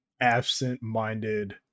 absent-minded